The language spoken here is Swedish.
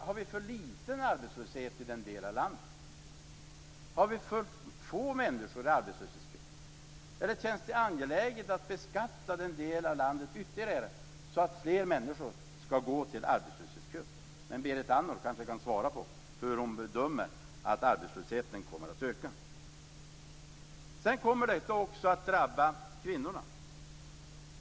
Har vi för liten arbetslöshet i den delen av landet? Står det för få människor i kö för ett arbete? Eller känns det angeläget att ytterligare beskatta den del av landet så att fler människor får stå i kö för ett arbete? Berit Andnor kanske kan svara på frågan hur hon bedömer att arbetslösheten kommer att öka. Detta kommer också att drabba kvinnorna.